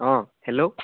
অঁ হেল্ল'